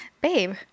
babe